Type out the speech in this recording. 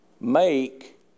make